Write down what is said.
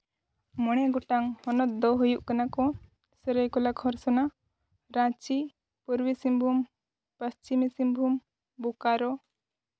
ᱢᱚᱬᱮ ᱜᱚᱴᱟᱝ ᱦᱚᱱᱚᱛ ᱫᱚ ᱦᱩᱭᱩᱜ ᱠᱟᱱᱟ ᱠᱚ ᱥᱟᱹᱨᱟᱭᱠᱮᱞᱟ ᱠᱷᱚᱨᱥᱚᱱᱟ ᱨᱟᱺᱪᱤ ᱯᱩᱨᱵᱤ ᱥᱤᱝᱵᱷᱩᱢ ᱯᱚᱥᱪᱷᱤᱢᱤ ᱥᱤᱝᱵᱷᱩᱢ ᱵᱳᱠᱟᱨᱳ